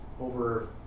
over